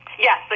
Yes